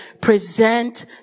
present